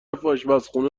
آشپزخونه